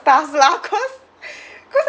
staff lah because because